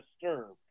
disturbed